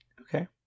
Okay